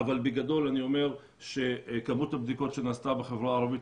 אבל בגדול אני אומר שכמות הבדיקות שנעשתה בחברה הערבית